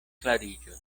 klariĝos